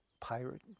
pirate